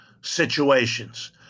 situations